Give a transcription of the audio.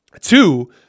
Two